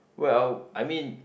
well I mean